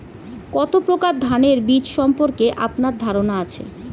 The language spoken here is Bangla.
কত প্রকার ধানের বীজ সম্পর্কে আপনার ধারণা আছে?